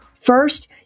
First